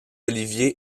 olivier